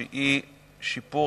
שיפור,